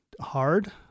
hard